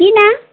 किन